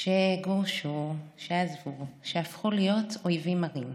שגורשו, שעזבו, שהפכו להיות אויבים מרים.